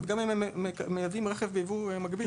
גם אם הם מייבאים רכב ביבוא מקביל.